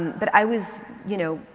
but i was, you know,